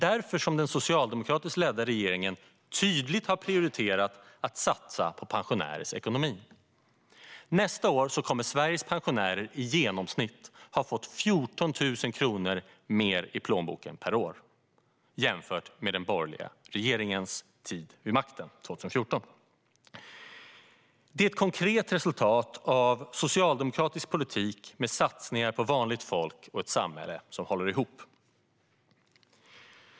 Därför har den socialdemokratiskt ledda regeringen tydligt prioriterat att satsa på pensionärers ekonomi. Nästa år kommer Sveriges pensionärer i genomsnitt att ha fått 14 000 kronor mer i plånboken per år, jämfört med när den borgerliga regeringen satt vid makten 2014. Detta är ett konkret resultat av socialdemokratisk politik med satsningar på vanligt folk och ett samhälle som håller ihop.